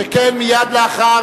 הודעה על מען ושינוי מען